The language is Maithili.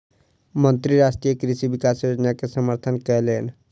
मंत्री राष्ट्रीय कृषि विकास योजना के समर्थन कयलैन